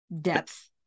depth